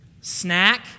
snack